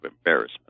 embarrassment